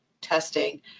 testing